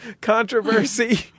controversy